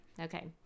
okay